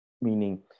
meaning